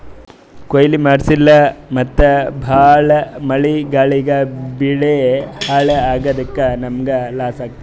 ಕೊಯ್ಲಿ ಮಾಡ್ಸಿಲ್ಲ ಮತ್ತ್ ಭಾಳ್ ಮಳಿ ಗಾಳಿಗ್ ಬೆಳಿ ಹಾಳ್ ಆಗಾದಕ್ಕ್ ನಮ್ಮ್ಗ್ ಲಾಸ್ ಆತದ್